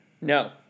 No